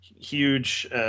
huge –